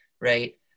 right